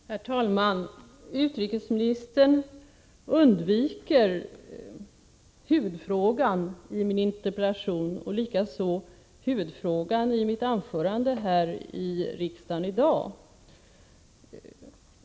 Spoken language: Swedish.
Herr talman! Utrikesministern undviker huvudfrågan i min interpellation och likaså huvudfrågan i mitt anförande här i dag.